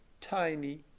tiny